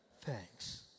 thanks